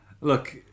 look